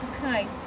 Okay